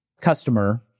customer